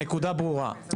הנקודה ברורה.